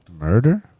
Murder